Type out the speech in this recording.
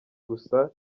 gusa